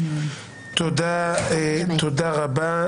תודה רבה.